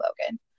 Logan